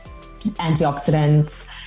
antioxidants